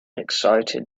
excited